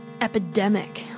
epidemic